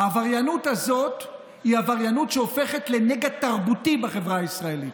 העבריינות הזאת היא עבריינות שהופכת לנגע תרבותי בחברה הישראלית.